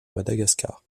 madagascar